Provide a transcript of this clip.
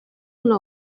una